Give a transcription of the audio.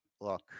Look